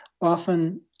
often